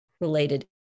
related